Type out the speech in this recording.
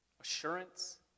assurance